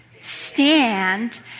stand